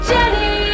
Jenny